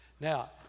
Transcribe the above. Now